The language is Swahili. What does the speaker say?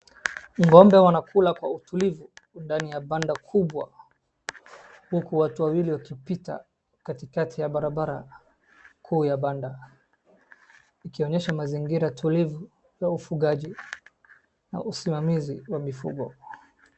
Ngombe wanakula kwa utulivu ndani ya banda kubwa huku watu wawili wakipita katikati ya barabara kuu ya banda ikionyesha mazingira tulivu la ufugaji na usimamizi wa mifugo.